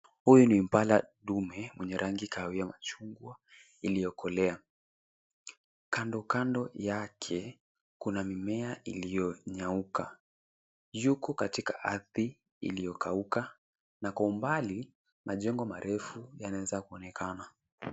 Huyu ni panda ndume mwenye rangi kahawia machungwa iliyokolea. Kando kando yake kuna mimea iliyonyauka. Yuko katika ardhi iliyokauka na kwa umbali majengo marefu yanaweza kuonekana.